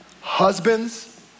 Husbands